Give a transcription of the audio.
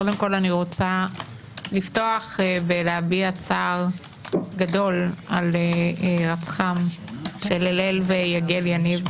קודם כל אני רוצה לפתוח בלהביע צער גדול על הירצחם של הלל ויגל יניב.